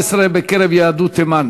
הוא פעל במאה ה-17 בקרב יהדות תימן,